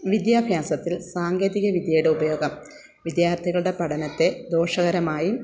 വിദ്യാഭ്യാസത്തിൽ സാങ്കേതിക വിദ്യയുടെ ഉപയോഗം വിദ്യാർത്ഥികളുടെ പഠനത്തെ ദോഷകരമായി